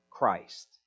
Christ